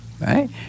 right